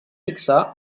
fixar